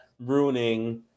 ruining